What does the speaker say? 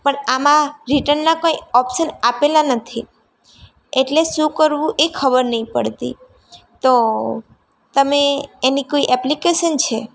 પણ આમાં રિટર્નના કોઈ ઓપ્સન આપેલા નથી એટલે શું કરવું એ ખબર નથી પડતી તો તમે એની કોઈ એપ્લિકેસન છે